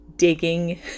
Digging